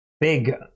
big